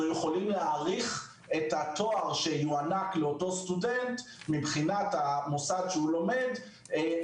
יכולים להעריך את התואר שיוענק לאותו סטודנט במוסד שהוא לומד בו